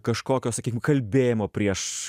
kažkokio sakykim kalbėjimo prieš